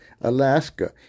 alaska